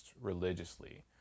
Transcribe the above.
religiously